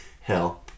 hell